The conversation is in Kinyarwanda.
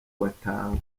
batanga